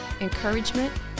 encouragement